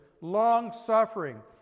long-suffering